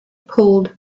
pulled